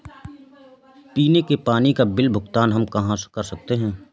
पीने के पानी का बिल का भुगतान हम कहाँ कर सकते हैं?